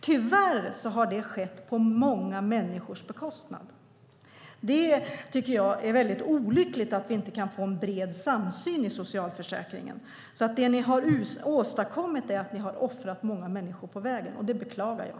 Tyvärr har det skett på många människors bekostnad. Det är olyckligt att vi inte kan få en bred samsyn i socialförsäkringen. Det ni har åstadkommit är att ni har offrat många människor. Det beklagar jag.